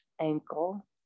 ankle